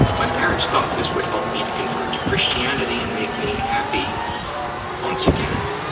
my parents thought this would help me to convert to christianity and make me happy once again.